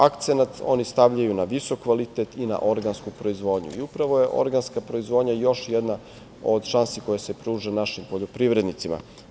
Akcenat oni stavljaju na visok kvalitet i na organsku proizvodnju i upravo je organska proizvodnja još jedan od šansi koja se pruža našim poljoprivrednicima.